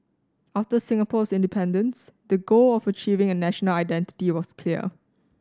after Singapore's independence the goal of achieving a national identity was clear